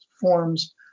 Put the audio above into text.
forms